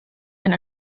and